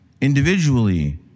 individually